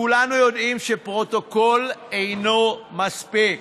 כולנו יודעים שפרוטוקול אינו מספיק.